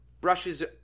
brushes